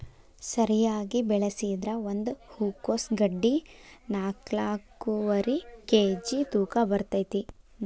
ಸರಿಯಾಗಿ ಬೆಳಸಿದ್ರ ಒಂದ ಹೂಕೋಸ್ ಗಡ್ಡಿ ನಾಕ್ನಾಕ್ಕುವರಿ ಕೇಜಿ ತೂಕ ಬರ್ತೈತಿ